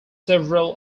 several